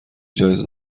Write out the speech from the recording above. جایزه